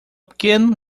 pequeno